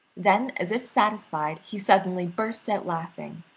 then, as if satisfied, he suddenly burst out laughing.